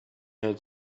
had